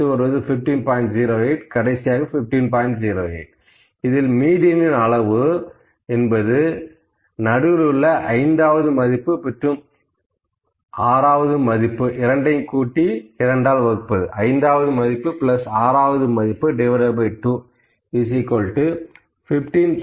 08 மீடியனின் அளவு மீடியன் ஐந்தாவது மதிப்பு ஆறாவது மதிப்பு 2 15